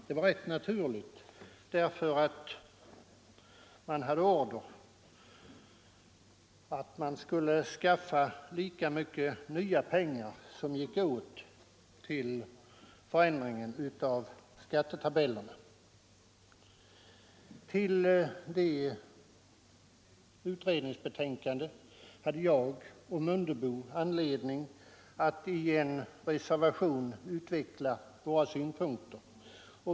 Det var rätt naturligt, därför att man hade order att skaffa lika mycket nya pengar som gick åt till förändringen av skattetabellerna. Till det utredningsbetänkandet hade jag och herr Mundebo anledning att i en reservation utveckla våra synpunkter.